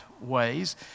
ways